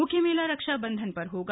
मुख्य मेला रक्षाबंधन पर होगा